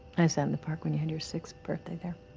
i sat in the park when you had your sixth birthday there.